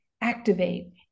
activate